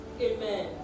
Amen